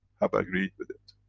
have agreed with it.